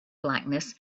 blackness